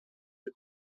the